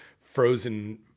frozen